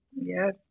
Yes